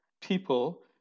people